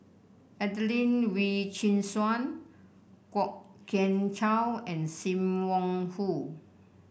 Adelene Wee Chin Suan Kwok Kian Chow and Sim Wong Hoo